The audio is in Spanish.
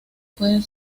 pueden